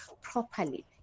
properly